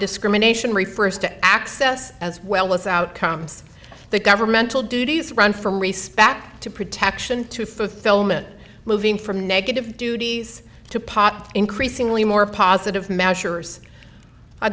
discrimination refers to access as well as outcomes the governmental duties run from respect to protection to fulfillment moving from negative duties to pot increasingly more positive measures